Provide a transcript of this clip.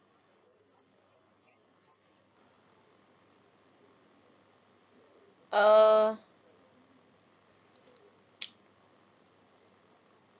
err